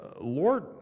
Lord